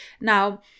Now